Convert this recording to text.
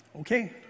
Okay